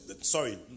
Sorry